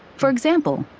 for example,